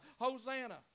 Hosanna